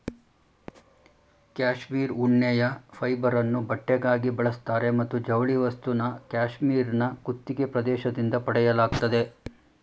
cashmere ಉಣ್ಣೆಯ ಫೈಬರನ್ನು ಬಟ್ಟೆಗಾಗಿ ಬಳಸ್ತಾರೆ ಮತ್ತು ಜವಳಿ ವಸ್ತುನ ಕ್ಯಾಶ್ಮೀರ್ನ ಕುತ್ತಿಗೆ ಪ್ರದೇಶದಿಂದ ಪಡೆಯಲಾಗ್ತದೆ